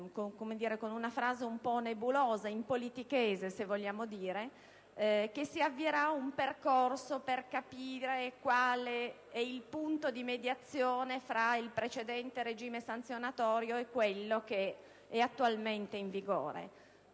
con una frase un po' nebulosa, e in politichese, per così dire, che si avvierà un percorso per capire qual è il punto di mediazione fra il precedente regime sanzionatorio e quello attualmente in vigore.